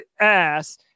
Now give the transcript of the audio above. ass